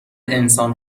انسان